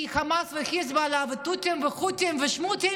כי חמאס, חיזבאללה ותותים וחות'ים ושמותים